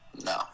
No